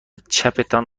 چپتان